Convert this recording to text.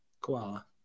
Koala